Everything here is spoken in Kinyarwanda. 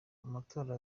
amatora